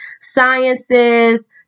sciences